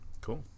cool